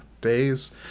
days